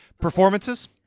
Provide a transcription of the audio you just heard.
Performances